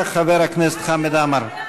חבר הכנסת חמד עמאר.